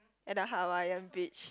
at the Hawaiian beach